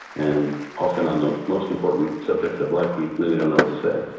and often on the most important subjects of life, we really don't know what to say